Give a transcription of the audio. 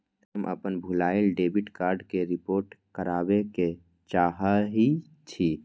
हम अपन भूलायल डेबिट कार्ड के रिपोर्ट करावे के चाहई छी